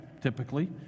typically